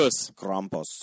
Krampus